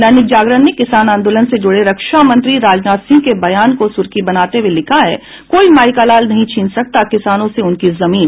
दैनिक जागरण ने किसान आंदोलन से जुड़े रक्षा मंत्री राजनाथ सिंह के बयान को सुर्खी बनाते हुये लिखा है कोई माई का लाल नहीं छीन सकता किसानों से उनकी जमीन